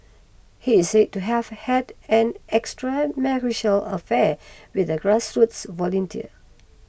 he is said to have had an extramarital affair with a grassroots volunteer